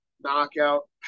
knockout